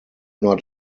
not